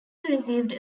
received